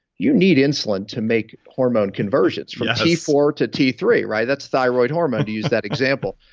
you need insulin to make hormone conversions from t four to t three, right? that's thyroid hormone, you used that example.